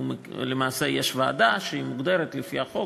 למעשה, יש ועדה, שהיא מוגדרת לפי החוק,